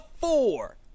four